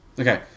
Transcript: Okay